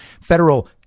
federal